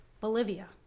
Bolivia